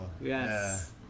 Yes